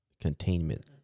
containment